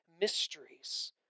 mysteries